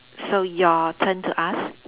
so your turn to ask